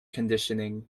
conditioning